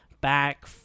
back